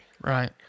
Right